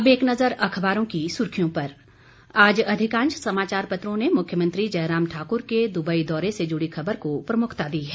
अब एक नजर अखबारों की सुर्खियों पर आज अधिकांश समाचार पत्रों ने मुख्यमंत्री जयराम ठाकुर के दुबई दौरे से जुड़ी खबर को प्रमुखता दी है